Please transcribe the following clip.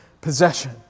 possession